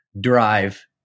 drive